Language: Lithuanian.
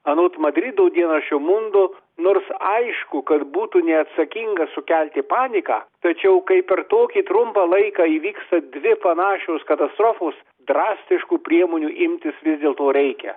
anot madrido dienraščio mundo nors aišku kad būtų neatsakinga sukelti paniką tačiau kaip per tokį trumpą laiką įvyksta dvi panašios katastrofos drastiškų priemonių imtis vis dėl to reikia